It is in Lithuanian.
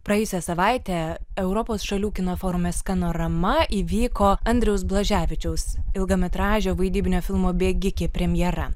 praėjusią savaitę europos šalių kino forume scanorama įvyko andriaus blaževičiaus ilgametražio vaidybinio filmo bėgikė premjera